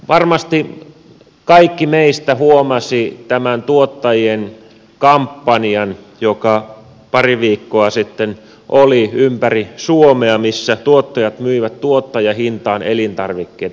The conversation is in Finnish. varmasti kaikki meistä huomasivat tämän tuottajien kampanjan joka pari viikkoa sitten oli ympäri suomea missä tuottajat myivät tuottajahintaan elintarvikkeita